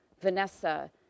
Vanessa